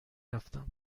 رفتم